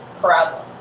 problem